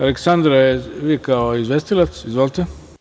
Aleksandra, vi kao izvestilac? (Da) Izvolite.